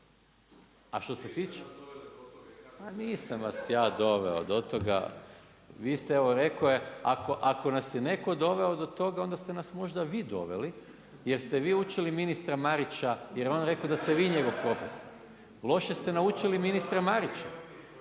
se ne čuje./… a nisam vas ja doveo do toga, vi ste, evo rekao je ako nas je netko doveo do toga, onda ste nas možda vi doveli, jer ste vi učili ministra Marića, jer je on rekao, da ste vi njegov profesor. Loše ste naučili ministra Marića.